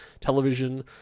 television